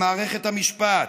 במערכת המשפט,